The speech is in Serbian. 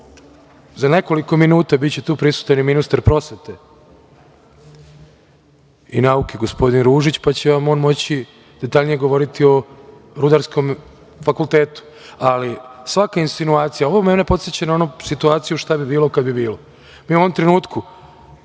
to.Za nekoliko minuta biće tu prisutan i ministar prosvete i nauke, gospodin Ružić, pa će vam on moći detaljnije govoriti o Rudarskom fakultetu. Ali, svaka insinuacija, ovo mene podseća na onu situaciju šta bi bilo kad bi bilo. Mi u ovom trenutku